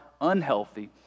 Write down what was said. unhealthy